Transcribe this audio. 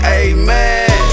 amen